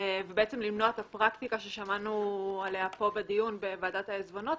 בעצם למנוע את הפרקטיקה ששמענו עליה פה בדיון בוועדת העיזבונות,